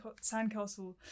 sandcastle